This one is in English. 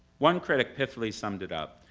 one critic pithily summed it up,